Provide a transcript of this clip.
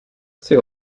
see